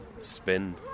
spin